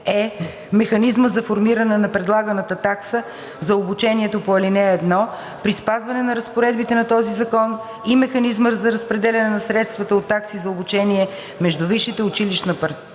е) механизма за формиране на предлаганата такса за обучението по ал. 1 при спазване на разпоредбите на този закон и механизма за разпределяне на средствата от такси за обучение между